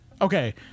Okay